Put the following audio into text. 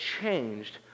changed